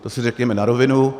To si řekněme na rovinu.